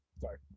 sorry